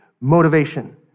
motivation